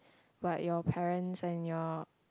but your parents and your